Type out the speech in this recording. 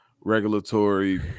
regulatory